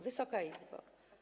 Wysoka Izbo!